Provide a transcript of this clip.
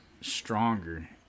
stronger